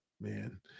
man